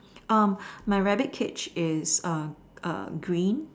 um my rabbit cage is uh uh green